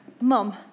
Mom